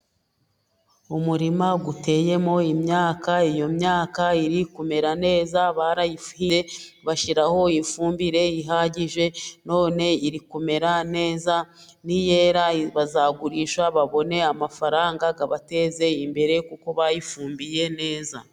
Umurima uteyemo imyaka, iyo myaka iri kumera neza, barayihinze bashyiraho ifumbire ihagije, none iri kumera neza, niyera bazagurisha babone amafaranga abateze imbere, kuko bayifumbiye neza.